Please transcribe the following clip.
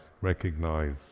recognize